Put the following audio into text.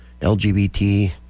LGBT